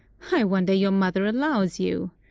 i wonder your mother allows you.